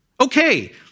Okay